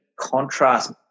contrast